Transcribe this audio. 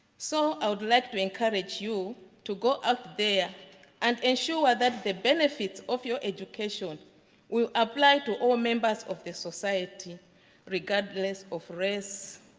so i would like to encourage you to go up there and ensure that the benefits of your education will apply to all members of the society regardless of race,